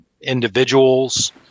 individuals